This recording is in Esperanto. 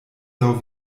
laŭ